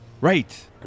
Right